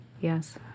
Yes